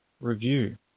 review